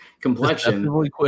complexion